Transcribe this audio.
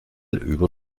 über